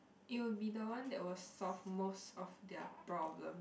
it will be the one that will solve most of their problems